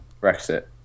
Brexit